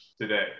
today